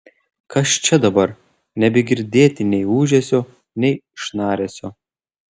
kas čia dabar nebegirdėti nei ūžesio nei šnaresio